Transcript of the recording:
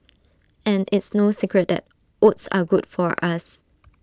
and it's no secret that oats are good for us